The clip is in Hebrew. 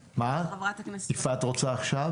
חברת הכנסת יפעת שאשא ביטון רוצה להתייחס.